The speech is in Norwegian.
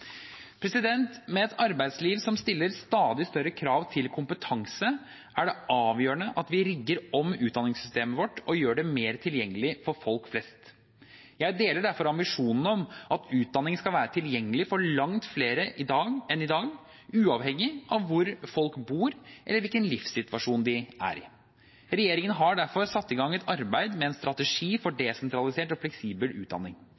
Med et arbeidsliv som stiller stadig større krav til kompetanse, er det avgjørende at vi rigger om utdanningssystemet vårt og gjør det mer tilgjengelig for folk flest. Jeg deler derfor ambisjonene om at utdanning skal være tilgjengelig for langt flere enn i dag, uavhengig av hvor folk bor eller hvilken livssituasjon de er i. Regjeringen har derfor satt i gang et arbeid med en strategi for desentralisert og fleksibel utdanning.